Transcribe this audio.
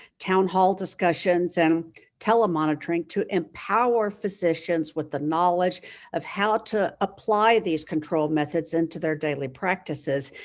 town hall discussions, and telemonitoring to empower physicians with the knowledge of how to apply these control methods into their daily practices,